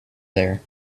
there